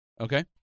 Okay